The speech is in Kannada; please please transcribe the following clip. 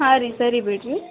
ಹಾಂ ರೀ ಸರಿ ಬಿಡಿರಿ